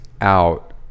out